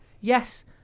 Yes